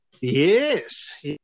Yes